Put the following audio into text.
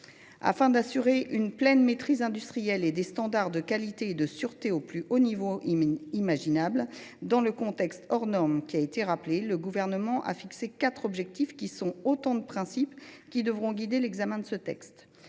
Afin d’assurer une pleine maîtrise industrielle et le maintien des standards de qualité et de sûreté au plus haut niveau imaginable, dans le contexte hors norme que nous connaissons et qui a été rappelé, le Gouvernement a fixé quatre objectifs qui constituent autant de principes qui devront guider l’examen de ce texte